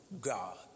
God